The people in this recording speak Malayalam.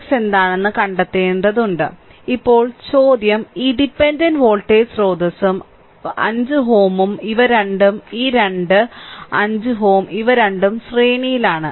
Ix എന്താണെന്ന് കണ്ടെത്തേണ്ടതുണ്ട് ഇപ്പോൾ ചോദ്യം ഈ ഡിപെൻഡന്റ് വോൾട്ടേജ് സ്രോതസ്സും 5 Ω ഉം ഇവ രണ്ടും ഈ രണ്ട് ഈ രണ്ട് 5 Ω ഇവ രണ്ടും ശ്രേണിയിലാണ്